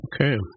Okay